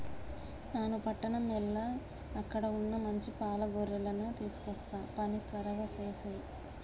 నాను పట్టణం ఎల్ల అక్కడ వున్న మంచి పాల గొర్రెలను తీసుకొస్తా పని త్వరగా సేసేయి